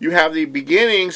you have the beginnings